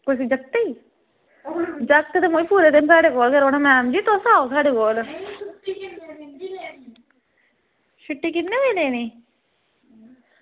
कुस जगतै ई जागत ते पूरे दिन साढ़े कोल गै रौह्ना मैडम जी तुस आओ साढ़े कोल छुट्टी किन्ने बजे देनी